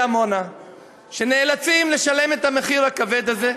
עמונה שנאלצים לשלם את המחיר הכבד הזה,